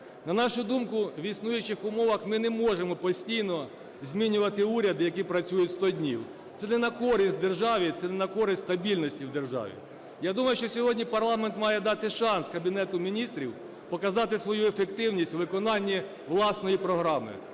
На нашу думку, в існуючих умовах ми не можемо постійно змінювати уряд, який працює 100 днів. Це не на користь державі, це не на користь стабільності в державі. Я думаю, що сьогодні парламент має дати шанс Кабінету Міністрів показати свою ефективність у виконанні власної програми,